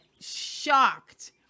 shocked